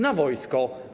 Na wojsko.